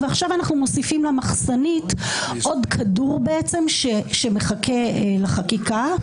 ועכשיו אנחנו מוסיפים למחסנית עוד כדור שמחכה לחקיקה.